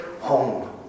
home